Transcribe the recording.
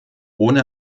ohne